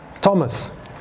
Thomas